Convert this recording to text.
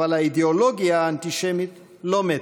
אבל האידיאולוגיה האנטישמית לא מתה.